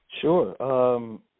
Sure